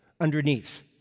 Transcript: underneath